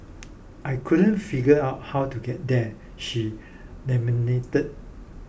I couldn't figure out how to get there she